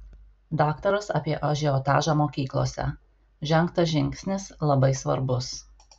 daktaras apie ažiotažą mokyklose žengtas žingsnis labai svarbus